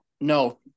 No